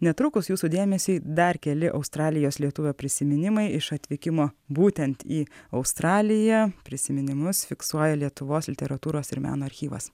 netrukus jūsų dėmesį dar keli australijos lietuvio prisiminimai iš atvykimo būtent į australiją prisiminimus fiksuoja lietuvos literatūros ir meno archyvas